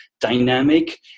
dynamic